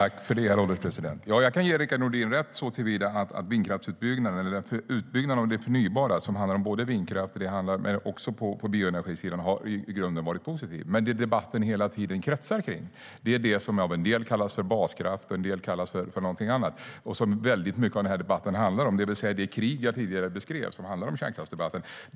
Herr ålderspresident! Jag kan ge Rickard Nordin rätt såtillvida att utbyggnaden av det förnybara, som handlar om både vindkraft och bioenergi, i grunden har varit positiv. Men vad debatten hela tiden kretsar kring är det som av en del kallas baskraft och av en del kallas något annat. Det är det krig som jag tidigare beskrev, som handlar om kärnkraftsdebatten.